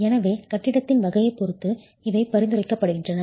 எனவே கட்டிடத்தின் வகையைப் பொறுத்து இவை பரிந்துரைக்கப்படுகின்றன